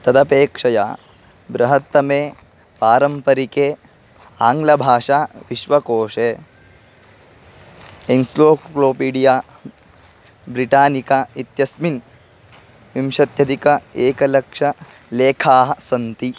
तदपेक्षया बृहत्तमे पारम्परिके आङ्ग्लभाषाविश्वकोशे एन्स्लोक्लोपिया ब्रिटानिका इत्यस्मिन् विंशत्यधिक एकलक्षलेखाः सन्ति